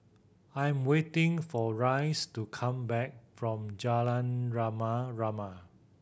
I'm waiting for Rice to come back from Jalan Rama Rama